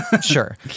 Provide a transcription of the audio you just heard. Sure